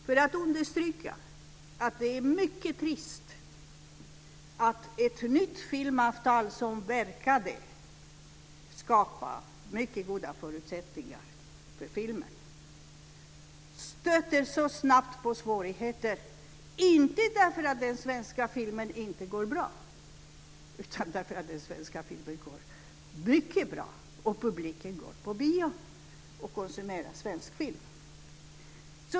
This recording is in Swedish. För att understryka att det är mycket trist att ett nytt filmavtal som verkade skapa mycket goda förutsättningar för filmen så snabbt stöter på svårigheter, inte därför att den svenska filmen inte går bra utan därför att den svenska filmen går mycket bra. Publiken går på bio och konsumerar svensk film.